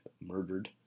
murdered